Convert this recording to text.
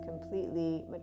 completely